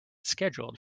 scheduled